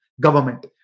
government